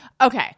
Okay